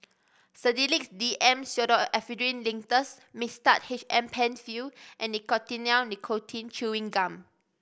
Sedilix D M Pseudoephrine Linctus Mixtard H M Penfill and Nicotinell Nicotine Chewing Gum